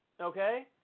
okay